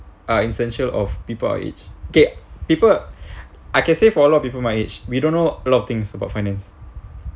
are essential of people our age okay people I can say for a lot of people my age we don't know a lot of things about finance